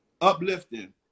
uplifting